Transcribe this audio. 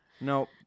no